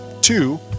Two